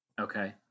Okay